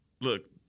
look